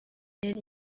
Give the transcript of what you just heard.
yari